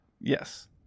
Yes